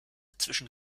zwischen